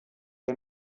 der